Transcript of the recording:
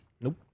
Nope